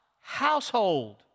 household